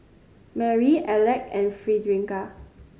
Marry Aleck and Frederica